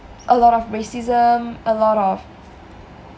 a lot of racism a lot of